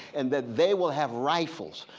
and that they will have rifles.